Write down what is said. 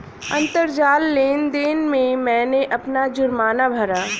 अंतरजाल लेन देन से मैंने अपना जुर्माना भरा